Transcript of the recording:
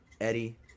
Eddie